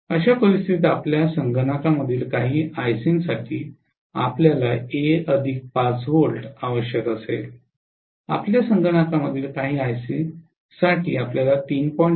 अशा परिस्थितीत आपल्या संगणकामधील काही आयसीसाठी IC's आपल्याला a 5 V आवश्यक असेल आपल्या संगणकामधील काही आयसीसाठी आपल्याला 3